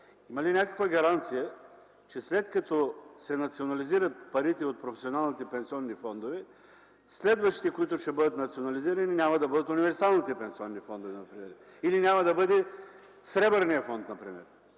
има ли някаква гаранция, че след като се национализират парите от професионалните пенсионни фондове, следващите, които ще бъдат национализирани, няма да бъдат универсалните пенсионни фондове, например, или няма да бъде Сребърният фонд? Всички